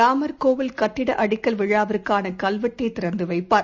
ராமர் கோவில் கட்டிட அடிக்கலவிழாவிற்கானகல்வெட்டைதிறந்தவைப்பார்